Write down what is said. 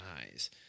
eyes